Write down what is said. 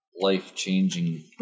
life-changing